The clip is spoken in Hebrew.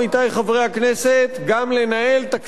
גם לנהל תקציב מאוזן לחלוטין,